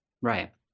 right